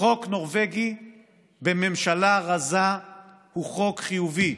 חוק נורבגי בממשלה רזה הוא חוק חיובי,